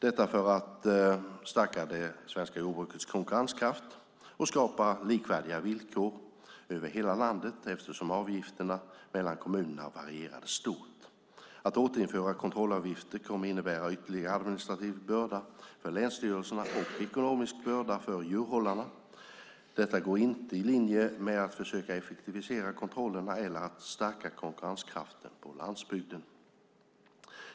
Detta gjordes för att stärka det svenska jordbrukets konkurrenskraft och skapa likvärdiga villkor över hela landet eftersom avgifterna mellan kommunerna varierade stort. Att återinföra kontrollavgifter kommer att innebära ytterligare administrativ börda för länsstyrelserna och ekonomisk börda för djurhållarna. Detta går inte i linje med att försöka effektivisera kontrollerna eller att stärka konkurrenskraften på landsbygden.